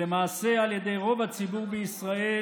ולמעשה על ידי רוב הציבור בישראל,